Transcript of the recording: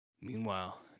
Meanwhile